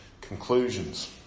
conclusions